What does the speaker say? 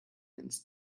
ins